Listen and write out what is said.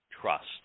trust